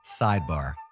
Sidebar